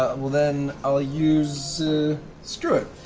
ah well then, i'll use screw it,